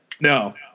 no